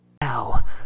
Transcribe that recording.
Now